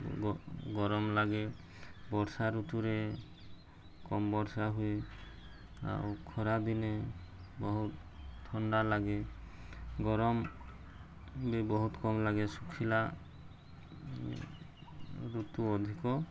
ଗରମ ଲାଗେ ବର୍ଷା ଋତୁରେ କମ୍ ବର୍ଷା ହୁଏ ଆଉ ଖରାଦିନେ ବହୁତ ଥଣ୍ଡା ଲାଗେ ଗରମ ବି ବହୁତ କମ୍ ଲାଗେ ଶୁଖିଲା ଋତୁ ଅଧିକ